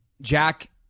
Jack